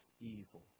evil